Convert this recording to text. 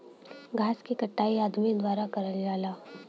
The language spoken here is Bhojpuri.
घास के कटाई अदमी के द्वारा करल जाला